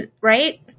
Right